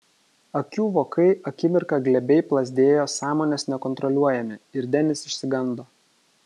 akių vokai akimirką glebiai plazdėjo sąmonės nekontroliuojami ir denis išsigando